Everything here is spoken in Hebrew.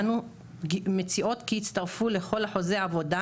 אנו מציעות כי יצטרפו לכל חוזי העבודה